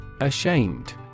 Ashamed